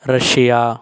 Russia